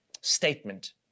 statement